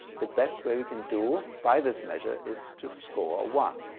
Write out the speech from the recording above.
the best way we can do by this measure is to score one.